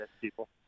people